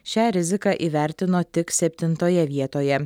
šią riziką įvertino tik septintoje vietoje